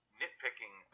nitpicking